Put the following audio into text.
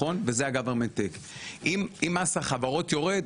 וזה ה- Government takeאם מס החברות יורד,